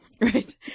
Right